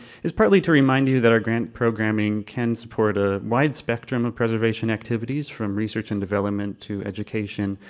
is partly to remind you that our grant programming can support a wide spectrum of preservation activities, from research and development to education,